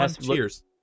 cheers